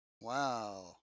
Wow